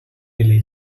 delay